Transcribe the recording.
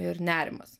ir nerimas